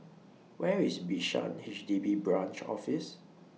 Where IS Bishan H D B Branch Office